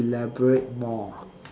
elaborate more